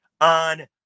on